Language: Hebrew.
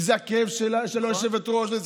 כי זה הכאב של היושבת-ראש, נכון.